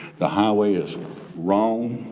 the highway is wrong,